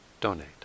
donate